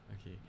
okay